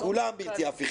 כולם בלתי הפיכים.